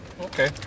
Okay